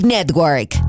Network